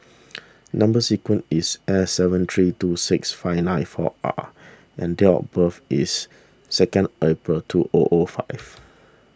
Number Sequence is S seven three two six five nine four R and date of birth is second April two O O five